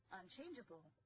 unchangeable